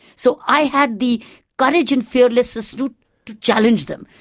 so i had the courage and fearlessness to challenge them.